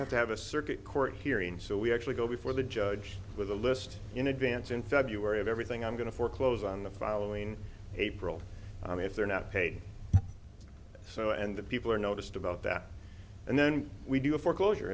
have to have a circuit court hearing so we actually go before the judge with a list in advance in february of everything i'm going to foreclose on the following april i mean if they're not paid so and the people are noticed about that and then we do a foreclosure